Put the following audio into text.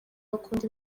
bakunda